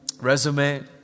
resume